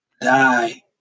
die